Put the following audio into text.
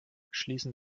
schließen